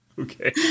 Okay